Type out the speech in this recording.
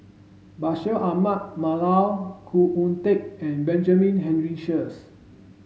Bashir Ahmad Mallal Khoo Oon Teik and Benjamin Henry Sheares